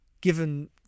given